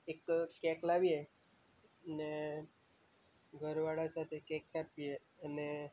એક કેક લાવીએ ને ઘરવાળા સાથે કેક કાપીએ અને